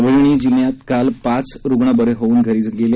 परभणी जिल्ह्यात काल पाच रुग्ण बरे होऊन घरी गेले